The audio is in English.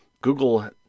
Google